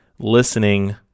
listening